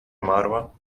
umarła